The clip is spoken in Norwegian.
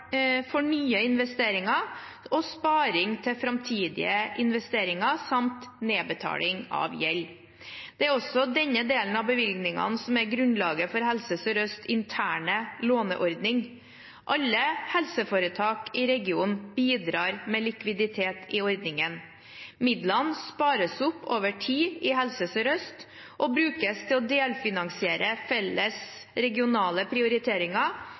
for nye investeringer, sparing til framtidige investeringer samt nedbetaling av gjeld. Det er også denne delen av bevilgningene som er grunnlaget for Helse Sør-Østs interne låneordning. Alle helseforetak i regionen bidrar med likviditet i ordningen. Midlene spares opp over tid i Helse Sør-Øst og brukes til å delfinansiere felles regionale prioriteringer